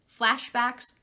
flashbacks